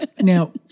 now